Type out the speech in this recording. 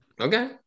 Okay